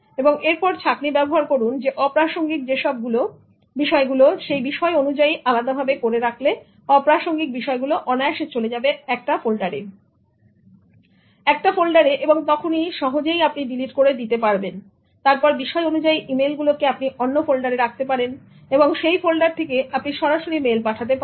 এবং এরপর ছাকনি ব্যবহার করুন অপ্রাসঙ্গিক যে সব গুলো বিষয় অনুযায়ী সেগুলো আলাদাভাবে করে রাখলে অপ্রাসঙ্গিক গুলো অনায়াসে চলে যাবে একটা ফিল্টার এ একটা ফোল্ডারে এবং তখন সহজেই আপনি ডিলিট করে দিতে পারবেন এবং তারপর বিষয় অনুযায়ী ইমেইল গুলো কে আপনি অন্য ফোল্ডারে রাখতে পারেন এবং সেই ফোল্ডার থেকে আপনি সরাসরি মেইল পাঠাতে পারেন